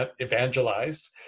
evangelized